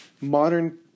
modern